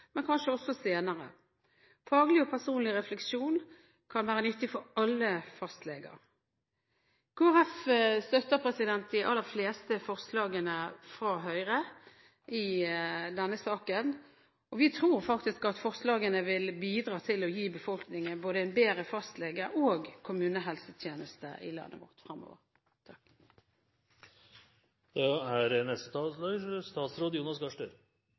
men kanskje også senere. Faglig og personlig refleksjon kan være nyttig for alle fastleger. Kristelig Folkeparti støtter de aller fleste forslagene fra Høyre i denne saken. Vi tror faktisk at forslagene vil bidra til å gi befolkningen bedre både fastlegetjeneste og kommunehelsetjeneste i landet vårt fremover. La meg begynne med å si at det utfordringsbildet Høyre trekker opp i sitt forslag, er